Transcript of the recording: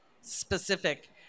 specific